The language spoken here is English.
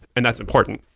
and that's important.